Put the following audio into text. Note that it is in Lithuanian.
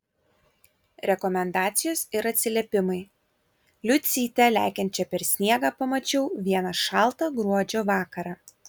rekomendacijos ir atsiliepimai liucytę lekiančią per sniegą pamačiau vieną šaltą gruodžio vakarą